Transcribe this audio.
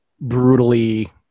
brutally